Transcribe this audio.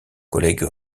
collègue